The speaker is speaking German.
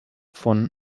von